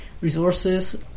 resources